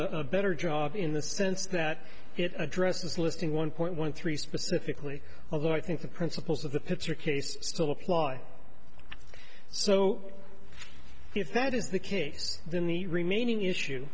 does a better job in the sense that it addresses listing one point one three specifically although i think the principles of the picture case still apply so if that is the case then the remaining issue